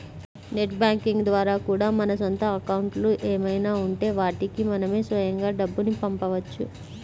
net banking ద్వారా కూడా మన సొంత అకౌంట్లు ఏమైనా ఉంటే వాటికి మనమే స్వయంగా డబ్బుని పంపవచ్చు